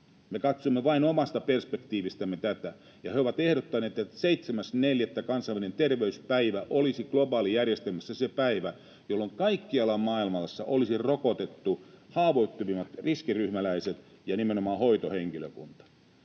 me katsomme tätä vain omasta perspektiivistämme. He ovat ehdottaneet, että 7.4., kansainvälinen terveyspäivä, olisi globaalijärjestelmässä se päivä, jolloin kaikkialla maailmassa olisi rokotettu haavoittuvimmat riskiryhmäläiset ja nimenomaan hoitohenkilökunta.